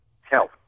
help